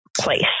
place